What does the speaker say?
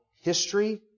history